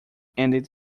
ended